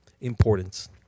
importance